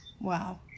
Wow